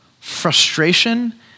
Frustration